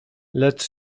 lecz